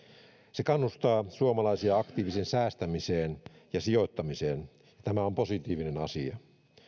se kannustaa suomalaisia aktiiviseen säästämiseen ja sijoittamiseen tämä on positiivinen asia